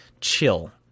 chill